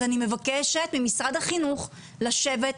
אז אני מבקשת ממשרד החינוך לשבת.